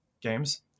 games